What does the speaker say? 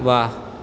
वाह